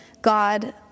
God